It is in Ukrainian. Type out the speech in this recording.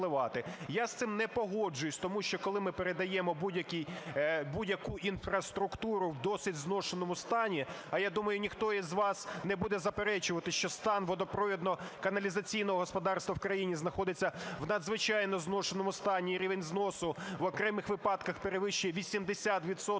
Я з цим не погоджуюся, тому що коли ми передаємо будь-яку інфраструктуру в досить зношеному стані, а я думаю, ніхто із вас не буде заперечувати, що стан водопровідно-каналізаційного господарства в країні знаходиться в надзвичайно зношеному стані і рівень зносу, в окремих випадках, перевищує 80